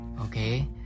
Okay